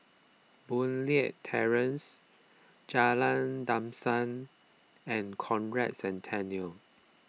Boon Leat Terrace Jalan Dusun and Conrad Centennial